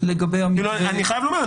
לגבי המתווה --- אני חייב לומר,